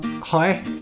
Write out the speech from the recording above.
Hi